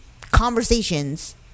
conversations